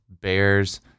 Bears